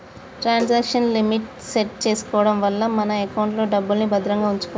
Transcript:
transaction limit set చేసుకోడం వల్ల మన ఎకౌంట్లో డబ్బుల్ని భద్రంగా వుంచుకోచ్చు